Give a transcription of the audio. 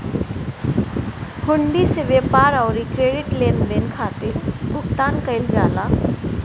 हुंडी से व्यापार अउरी क्रेडिट लेनदेन खातिर भुगतान कईल जाला